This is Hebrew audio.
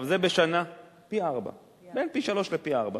פי-שלושה ופי-ארבעה,